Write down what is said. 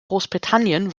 großbritannien